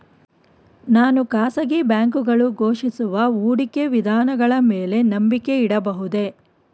ನಾನು ಖಾಸಗಿ ಬ್ಯಾಂಕುಗಳು ಘೋಷಿಸುವ ಹೂಡಿಕೆ ವಿಧಾನಗಳ ಮೇಲೆ ನಂಬಿಕೆ ಇಡಬಹುದೇ?